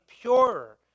purer